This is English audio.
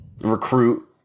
recruit